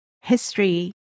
history